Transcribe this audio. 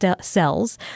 cells